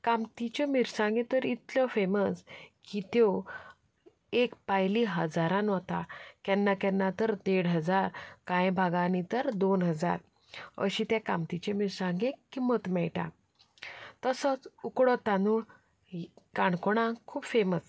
कामतीच्यो मिरसांगो तर इतल्यो फेमस की त्यो एक पायली हजारान वता केन्ना केन्ना तर देड हजार कांय बागांनी तर दोन हजार अशी ते कामतीचे मिरसांगेक किंमत मेळटा तसोच उकडो तांदूळ हो काणकोणांत खूब फेमस